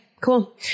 cool